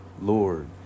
Lord